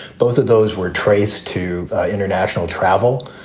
both of those were traced to international travel.